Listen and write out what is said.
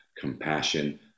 compassion